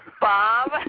Bob